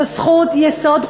זו זכות יסוד חוקתית.